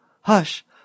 Hush